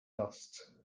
dust